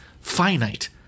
finite